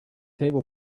table